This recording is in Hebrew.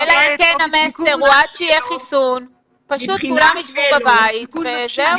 אלא אם כן המסר הוא שעד שיהיה חיסון פשוט כולם יישבו בבית וזהו.